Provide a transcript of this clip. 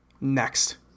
Next